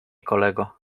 kolego